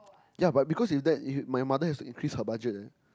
ya but because if you there if my mother has to increase her budget leh